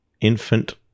infant